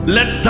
Let